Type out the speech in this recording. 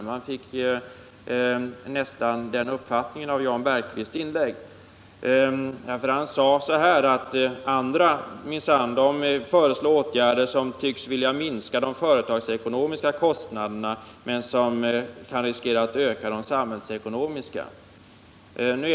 Man fick nästan den uppfattningen av Jan Bergqvists inlägg. Han sade att andra minsann föreslår åtgärder som tycks vilja minska de företagsekonomiska kostnaderna men som kan riskera att öka de samhällekonomiska.